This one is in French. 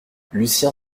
lucien